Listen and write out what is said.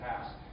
past